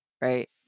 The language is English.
right